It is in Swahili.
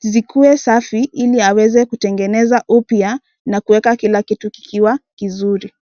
zikuwe safi ili aweze kutengeneza upya na kuweka kila kitu kikiwa kizuri.